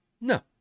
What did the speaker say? No